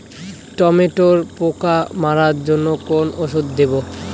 টমেটোর পোকা মারার জন্য কোন ওষুধ দেব?